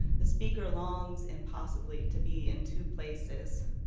the speaker longs impossibly to be in two places.